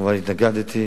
כמובן התנגדתי,